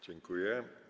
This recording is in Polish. Dziękuję.